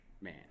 man